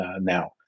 now